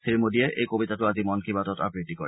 শ্ৰীমোদীয়ে এই কবিতাটো আজি মন কী বাতত অব্যত্তি কৰে